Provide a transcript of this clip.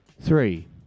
Three